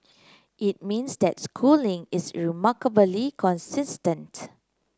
it means that Schooling is remarkably consistent